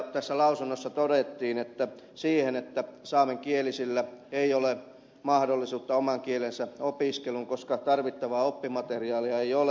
tässä lausunnossa todettiin että saamenkielisillä ei ole mahdollisuutta oman kielensä opiskeluun koska tarvittavaa oppimateriaalia ei ole